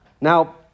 Now